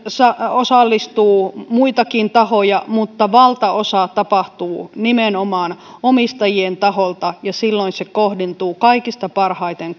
osallistuu muitakin tahoja mutta valtaosa tapahtuu nimenomaan omistajien taholta ja silloin se kohdentuu kaikista parhaiten